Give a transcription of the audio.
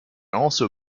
also